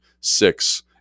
six